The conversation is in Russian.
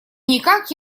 никак